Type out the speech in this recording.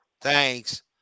Thanks